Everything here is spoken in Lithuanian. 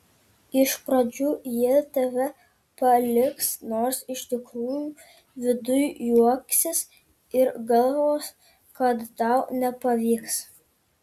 iš pradžių jie tave palaikys nors iš tikrųjų viduj juoksis ir galvos kad tau nepavyks